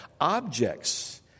Objects